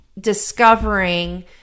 discovering